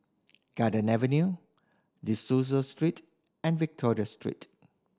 Garden Avenue De Souza Street and Victoria Street